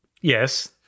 Yes